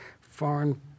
foreign